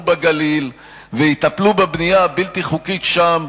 בגליל ויטפלו בבנייה הבלתי-חוקית שם,